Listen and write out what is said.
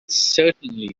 certainly